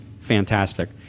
Fantastic